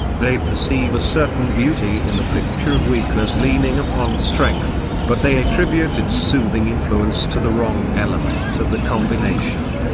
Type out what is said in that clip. they perceive a certain beauty in the picture of weakness leaning upon strength, but they attribute its soothing influence to the wrong element of the combination.